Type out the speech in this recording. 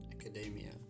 academia